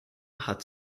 hat